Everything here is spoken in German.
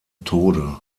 tode